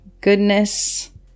goodness